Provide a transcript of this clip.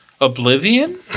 Oblivion